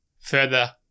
further